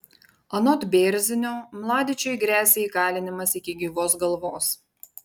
anot bėrzinio mladičiui gresia įkalinimas iki gyvos galvos